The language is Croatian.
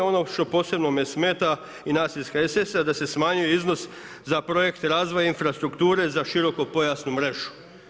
Ono što posebno me smeta i nas iz HSS-a da se smanjuje iznos za projekt razvoja infrastrukture za širokopojasnu mrežu.